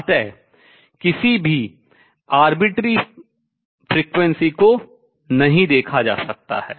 अत किसी भी स्वेच्छ आवृत्ति को नहीं देखा जा सकता है